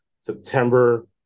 September